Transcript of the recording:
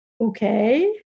okay